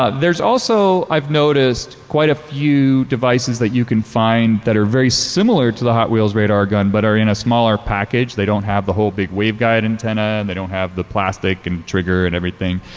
ah there's also, i've noticed, quite a few devices that you can find that are very similar to the hot wheels radar gun, but in a smaller package, they don't have the whole big wave guide antenna, and they don't have the plastic and trigger and everything.